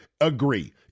agree